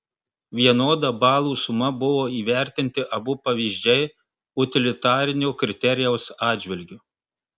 vienoda balų suma buvo įvertinti abu pavyzdžiai utilitarinio kriterijaus atžvilgiu